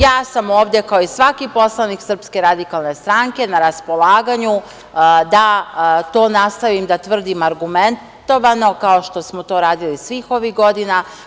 Ja sam ovde kao i svaki poslanik SRS na raspolaganju da to nastavim da tvrdim argumentovano, kao što smo to radili svih ovih godina.